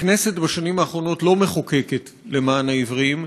הכנסת בשנים האחרונות לא מחוקקת למען העיוורים.